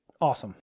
awesome